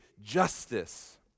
justice